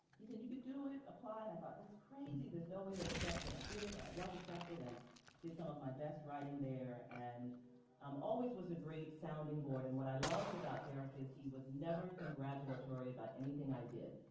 he said you could do it, apply and i thought that's crazy, there's no way that looks at me and i did it and i was accepted and did some of my best writing there and um always was a great sounding board and what i loved about derrick is he was never congratulatory about anything i did.